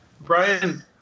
Brian